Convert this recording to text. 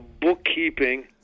bookkeeping